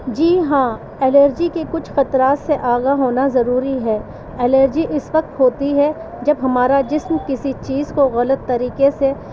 جی ہاں الرجی کے کچھ خطرات سے آگاہ ہونا ضروری ہےالرجی اس وقت ہوتی ہے جب ہمارا جسم کسی چیز کو غلط طریقے سے